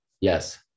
Yes